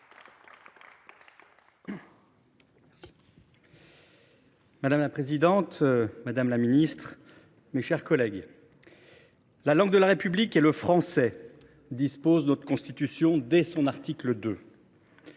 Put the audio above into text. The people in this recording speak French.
Madame la présidente, madame la ministre, mes chers collègues, « La langue de la République est le français », dispose notre Constitution dès son article 2.